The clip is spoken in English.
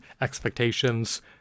expectations